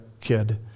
kid